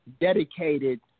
Dedicated